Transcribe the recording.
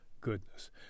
goodness